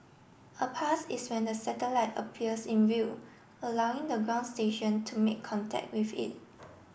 a pass is when the satellite appears in view allowing the ground station to make contact with it